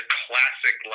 classic